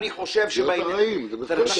אני לא אפסול רכב שכבר הגיע, זה לא שהוא אומר